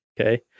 okay